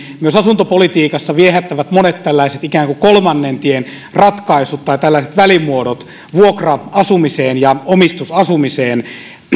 myös asuntopolitiikassa viehättävät monet tällaiset ikään kuin kolmannen tien ratkaisut tai tällaiset välimuodot vuokra asumiseen ja omistusasumiseen